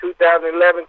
2011